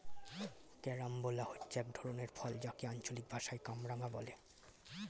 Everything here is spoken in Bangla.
ক্যারামবোলা হচ্ছে এক ধরনের ফল যাকে আঞ্চলিক ভাষায় কামরাঙা বলে